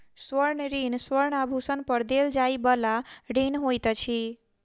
स्वर्ण ऋण स्वर्ण आभूषण पर देल जाइ बला ऋण होइत अछि